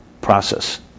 process